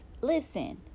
listen